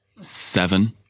seven